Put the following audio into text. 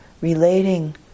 relating